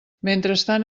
mentrestant